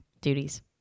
Duties